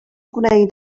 gwneud